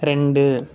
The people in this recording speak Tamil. ரெண்டு